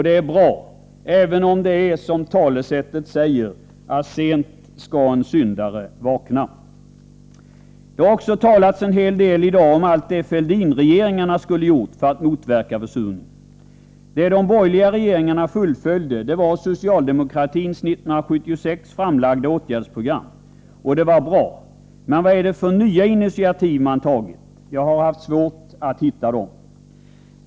Det är bra, även om det är som talesättet säger: sent skall en syndare vakna. Det har också talats en hel del i dag om allt det Fälldinregeringarna skulle ha gjort för att motverka försurningen. Det de borgerliga regeringarna fullföljde var socialdemokratins 1976 framlagda åtgärdsprogram. Det var bra. Men vad är det för nya initiativ man har tagit? Jag har haft svårt att hitta dem.